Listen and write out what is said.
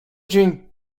dzień